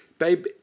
Babe